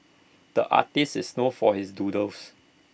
the artist is known for his doodles